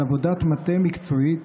על עבודת מטה מקצועית